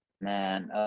Man